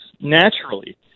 naturally